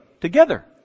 together